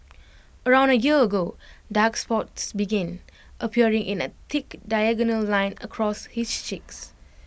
around A year ago dark spots began appearing in A thick diagonal line across his cheeks